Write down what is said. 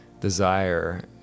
desire